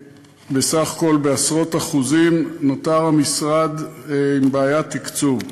בעשרות אחוזים, המשרד נותר עם בעיית תקצוב.